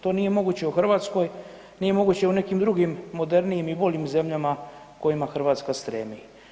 To nije moguće u Hrvatskoj, nije moguće u nekim drugim modernijim i boljim zemljama kojima Hrvatska stremi.